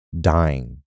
dying